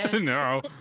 No